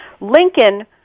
Lincoln